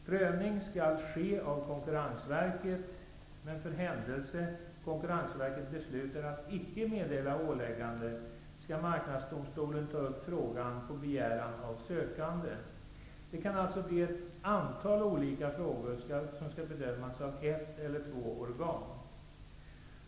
Prövning skall utföras av Konkurrensverket, men för händelse Konkurrensverket beslutar att icke meddela åläggande skall Marknadsdomstolen ta upp frågan på begäran av sökande. Det kan alltså bli ett antal olika frågor som skall bedömas av ett eller två organ.